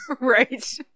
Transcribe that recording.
Right